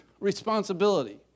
responsibility